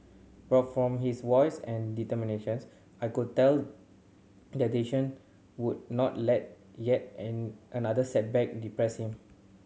but from his voice and I could tell that Jason would not let yet another setback depress him